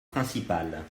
principales